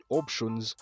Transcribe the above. options